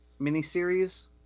miniseries